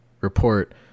report